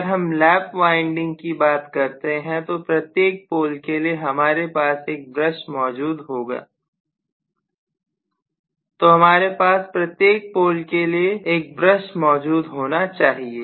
अगर हम lap winding की बात करते हैं तो प्रत्येक पोल के लिए हमारे पास एक ब्रश मौजूद होना चाहिए